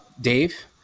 Dave